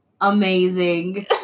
amazing